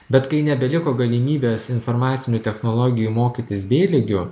bet kai nebeliko galimybės informacinių technologijų mokytis bė lygiu